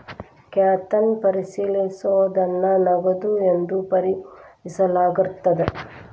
ಖಾತನ್ನ ಪರಿಶೇಲಿಸೋದನ್ನ ನಗದು ಎಂದು ಪರಿಗಣಿಸಲಾಗಿರ್ತದ